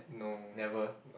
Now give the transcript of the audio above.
never